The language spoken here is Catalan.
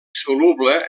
soluble